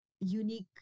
unique